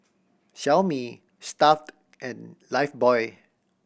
Xiaomi Stuff'd and Lifebuoy